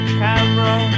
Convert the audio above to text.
camera